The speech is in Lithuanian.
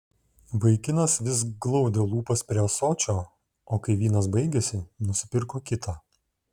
vaikinas vis glaudė lūpas prie ąsočio o kai vynas baigėsi nusipirko kitą